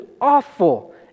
awful